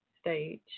stage